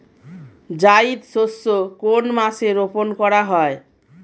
জায়িদ শস্য কোন মাসে রোপণ করা হয়?